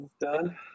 Done